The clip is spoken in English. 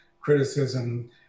criticism